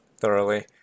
thoroughly